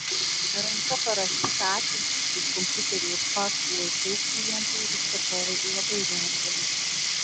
ranka parašytą ačiū šiais kompiuterių ir faksų laikais klientai ir užsakovai labai vertina